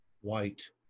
white